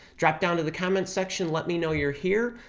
drop down to the comments section, let me know you're here.